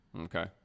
Okay